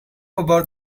over